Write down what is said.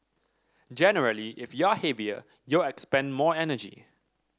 generally if you're heavier you'll expend more energy